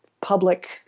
public –